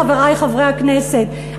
חברי חברי הכנסת,